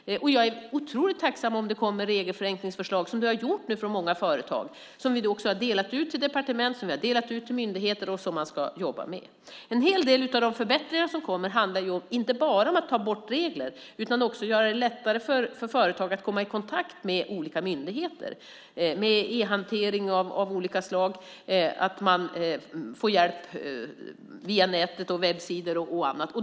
Jag är otroligt tacksam om det kommer regelförenklingsförslag som det nu har gjort från många företag. Vi har också delat ut dem till departement och myndigheter som man ska jobba med. En hel del av de förbättringar som kommer handlar inte bara om att ta bort regler. Det handlar också om att göra det lättare för företag att komma i kontakt med olika myndigheter med e-hantering av olika slag och att man får hjälp via nätet, webbsidor och annat.